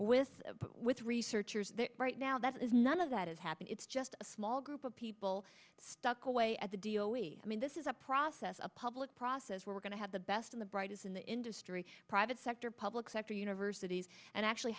with with researchers right now that is none of that has happened it's just a small group of people stuck away at the deal we i mean this is a process a public process where we're going to have the best of the brightest in the industry private sector public sector universities and actually